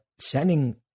sending